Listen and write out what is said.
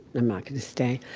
i'm not going to stay.